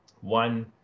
One